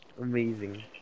Amazing